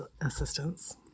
assistance